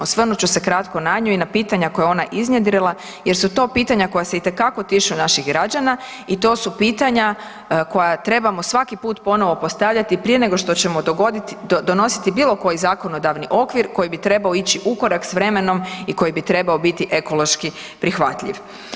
Osvrnut ću se kratko na nju i na pitanja koja je ona iznjedrila jer su to pitanja koja se itekako tiču naših građana i to su pitanja koja trebamo svaki put ponovo postavljati prije nego što ćemo donositi bilo koji zakonodavni okvir koji bi trebao ići ukorak s vremenom i koji bi trebao biti ekološki prihvatljiv.